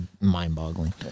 Mind-boggling